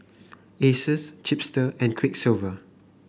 Asus Chipster and Quiksilver